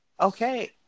Okay